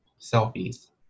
Selfies